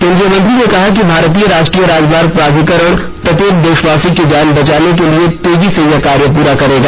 केन्द्रीय मंत्री ने कहा कि भारतीय राष्ट्रीय राजमार्ग प्राधिकरण प्रत्येक देशवासी की जान बचाने के लिए तेजी से यह कार्य पूरा करेगा